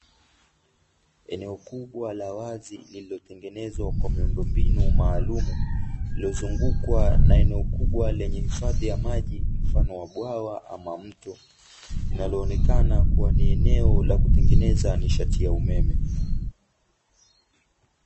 Eneo kubwa la wazi lililo tengenezwa kwa miundombinu maalumu, lililozungukwa na eneo kubwa lenye hifadhi ya maji, mfano wa bwawa ama mto. Linalo onekana kuwa ni eneo la kutengeneza nishati ya umeme.